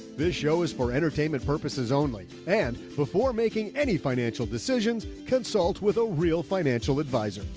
this show is for entertainment purposes only. and before making any financial decisions, consult with a real financial advisor